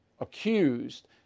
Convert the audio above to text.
accused